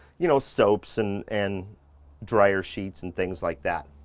you know soaps and and dryer sheets and things like that.